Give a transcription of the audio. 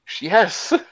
Yes